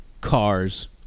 cars